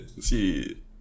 See